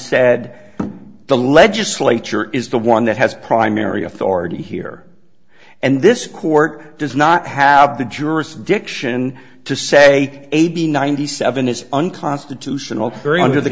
said the legislature is the one that has primary authority here and this court does not have the jurisdiction to say eighty ninety seven is unconstitutional three hundred th